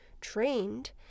trained